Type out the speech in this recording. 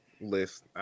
list